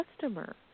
customer